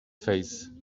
face